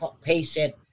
patient